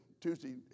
Tuesday